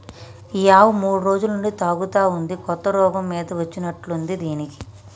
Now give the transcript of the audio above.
ఈ ఆవు మూడు రోజుల నుంచి తూగుతా ఉంది కొత్త రోగం మీద వచ్చినట్టుంది దీనికి